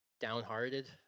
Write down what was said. downhearted